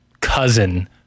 cousin